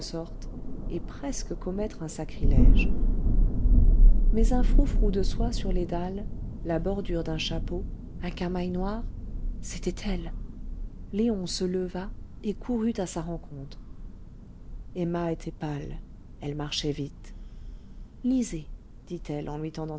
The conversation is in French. et presque commettre un sacrilège mais un froufrou de soie sur les dalles la bordure d'un chapeau un camail noir c'était elle léon se leva et courut à sa rencontre emma était pâle elle marchait vite lisez dit-elle en lui